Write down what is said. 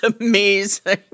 amazing